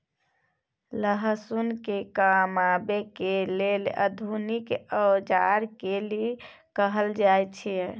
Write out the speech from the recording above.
लहसुन के कमाबै के लेल आधुनिक औजार के कि कहल जाय छै?